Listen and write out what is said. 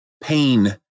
pain